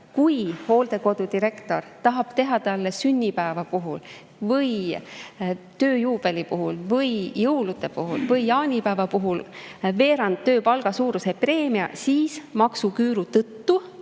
Kui hooldekodu direktor tahab teha talle sünnipäeva puhul või tööjuubeli puhul või jõulude puhul või jaanipäeva puhul veerandtööpalga suuruse preemia, siis maksuküüru tõttu